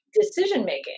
decision-making